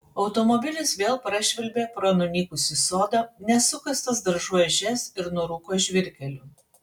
automobilis vėl prašvilpė pro nunykusį sodą nesukastas daržų ežias ir nurūko žvyrkeliu